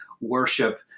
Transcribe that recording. worship